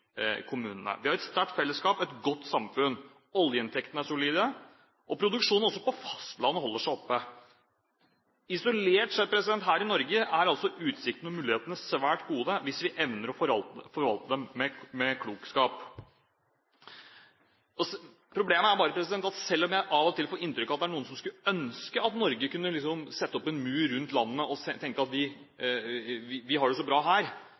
Vi har et sterkt fellesskap og et godt samfunn. Oljeinntektene er solide, og produksjonen også på fastlandet holder seg oppe. Isolert sett her i Norge er altså utsiktene og mulighetene svært gode hvis vi evner å forvalte dem med klokskap. Problemet er bare at selv om jeg av og til får inntrykk av at det er noen som skulle ønske at man i Norge liksom kan sette opp en mur rundt landet, og som tenker at siden vi har det så bra her,